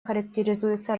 характеризуются